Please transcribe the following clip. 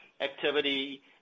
activity